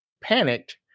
panicked